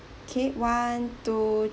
okay one two